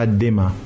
dema